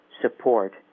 support